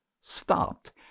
stopped